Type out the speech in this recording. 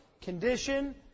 condition